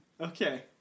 okay